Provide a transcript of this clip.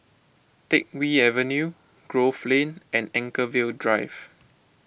Teck Whye Avenue Grove Lane and Anchorvale Drive